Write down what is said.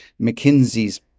McKinsey's